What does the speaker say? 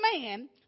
man